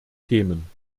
themen